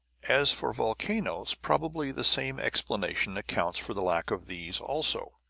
as for volcanoes probably the same explanation accounts for the lack of these also.